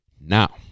now